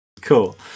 Cool